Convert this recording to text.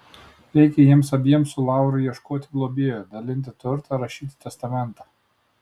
reikia jiems abiems su lauru ieškoti globėjo dalinti turtą rašyti testamentą